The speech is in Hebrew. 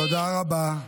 תודה רבה.